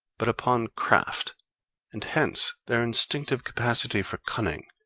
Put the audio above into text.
but upon craft and hence their instinctive capacity for cunning,